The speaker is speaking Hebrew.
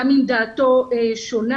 גם אם דעתו שונה.